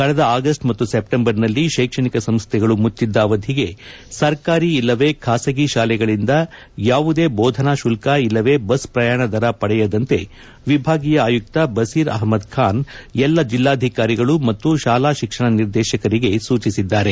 ಕಳೆದ ಆಗಸ್ ಮತ್ತು ಸೆಪ್ಟೆಂಬರ್ನಲ್ಲಿ ಶೈಕ್ಷಣಿಕ ಸಂಸ್ಥೆಗಳು ಮುಚ್ಚಿದ್ದ ಅವಧಿಗೆ ಸರ್ಕಾರಿ ಇಲ್ಲವೆ ಖಾಸಗಿ ಶಾಲೆಗಳಿಂದ ಯಾವುದೇ ಬೋಧನಾ ಶುಲ್ಕ ಇಲ್ಲವೆ ಬಸ್ ಪ್ರಯಾಣದರ ಪಡೆಯದಂತೆ ವಿಭಾಗೀಯ ಆಯುಕ್ತ ಬಸೀರ್ ಅಹ್ಮದ್ ಖಾನ್ ಎಲ್ಲ ಜಿಲ್ಲಾಧಿಕಾರಿಗಳು ಮತ್ತು ಶಾಲಾ ಶಿಕ್ಷಣ ನಿರ್ದೇಶಕರಿಗೆ ಸೂಚಿಸಿದ್ದಾರೆ